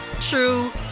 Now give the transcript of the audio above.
true